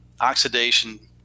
oxidation-